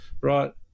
right